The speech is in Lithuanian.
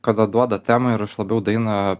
kada duoda temą ir aš labiau dainą